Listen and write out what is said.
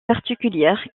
particulière